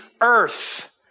earth